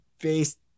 based